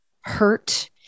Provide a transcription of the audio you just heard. hurt